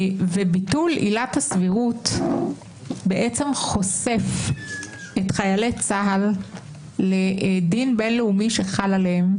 וביטול עילת הסבירות חושף את חיילי צה"ל לדין בין-לאומי שחל עליהם.